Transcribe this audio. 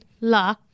La